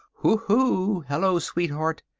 hoo-hoo! hello, sweetheart!